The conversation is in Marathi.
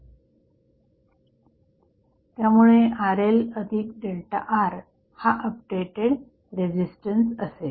त्यामुळे RLΔR हा अपडेटेड रेझिस्टन्स असेल